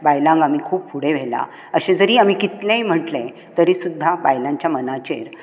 बायलांक आमी खूब फुडें व्हेलां अशें जरी आमी कितलेंय म्हटले तरी सुद्दां बायलांच्या मनाचेर